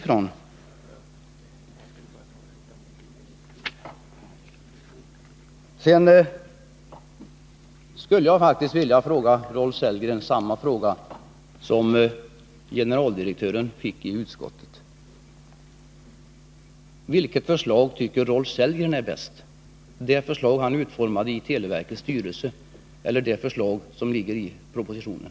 Jag skulle vilja fråga Rolf Sellgren på samma sätt som vi i utskottet frågade generaldirektören: Vilket förslag tycker Rolf Sellgren är bäst — det förslag han utformade i televerkets styrelse eller det förslag som finns i propositionen?